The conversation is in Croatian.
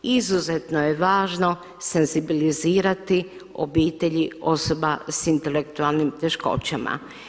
Izuzetno je važno senzibilizirati obitelji osoba s intelektualnim teškoćama.